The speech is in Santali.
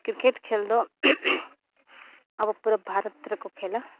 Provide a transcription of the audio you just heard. ᱠᱨᱤᱠᱮᱴ ᱠᱷᱮᱞ ᱫᱚ ᱟᱵᱚ ᱯᱩᱨᱟᱹ ᱵᱷᱟᱨᱚᱛ ᱨᱮᱠᱚ ᱠᱷᱮᱞᱟ